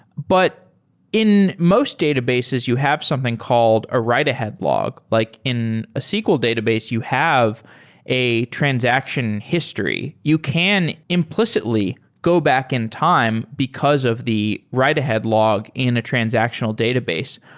but in most databases, you have something called a write-ahead log. like in a sql database, you have a transaction history. you can implicitly go back in time because of the write-ahead log in a transactional database.